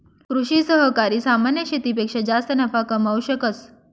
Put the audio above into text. कृषि सहकारी सामान्य शेतीपेक्षा जास्त नफा कमावू शकस